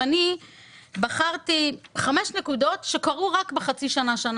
אני בחרתי חמש נקודות שקרו בחצי שנה-שנה